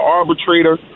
arbitrator